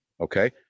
Okay